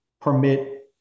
permit